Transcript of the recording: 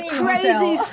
crazy